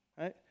right